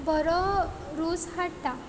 बरो रूच हाडटा